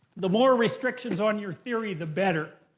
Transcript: the more restrictions on your theory, the better.